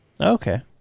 Okay